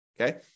Okay